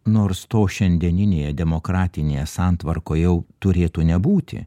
nors to šiandieninėje demokratinėje santvarkoj jau turėtų nebūti